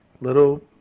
little